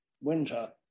winter